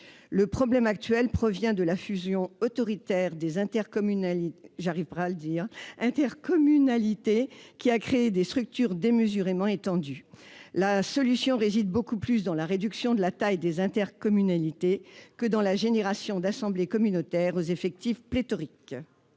Le problème actuel provient de la fusion autoritaire des intercommunalités, qui a créé des structures démesurément étendues. La solution réside dans la réduction de la taille des intercommunalités plutôt que dans la multiplication d'assemblées communautaires aux effectifs pléthoriques.